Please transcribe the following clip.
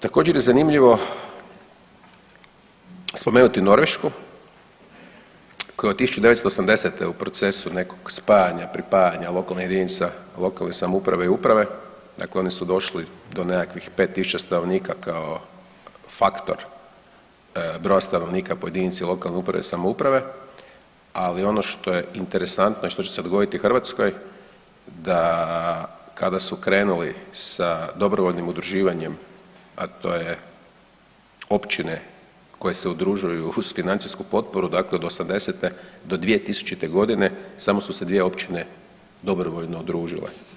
Također je zanimljivo spomenuti Norvešku koja je od 1980.-te u procesu nekog spajanja i pripajanja lokalnih jedinica lokalne samouprave i uprave, dakle oni su došli do nekakvih 5 tisuća stanovnika kao faktor broja stanovnika po jedinici lokalne uprave i samouprave, ali ono što je interesantno i što će se dogoditi Hrvatskoj da kada su krenuli sa dobrovoljnim udruživanjem, a to je općine koje se udružuju uz financijsku potporu, dakle od '80.-te do 2000.g. samo su se dvije općine dobrovoljno družile.